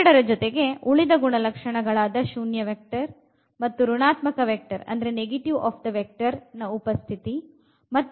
ಇವೆರಡರ ಜೊತೆಗೆ ಉಳಿದ ಗುಣಲಕ್ಷಣಗಳಾದ ಶೂನ್ಯ ವೆಕ್ಟರ್ ಋಣಾತ್ಮಕ ವೆಕ್ಟರ್ ನ ಉಪಸ್ಥಿತಿ ಮತ್ತು ಇತ್ಯಾದಿ ಗಳು ಕೂಡ ಸರಿ ಹೊಂದಬೇಕು ಎನ್ನುವುದನ್ನು ನನಪಿನಲ್ಲಿ ಇಟ್ಟುಕೊಳ್ಳಬೇಕು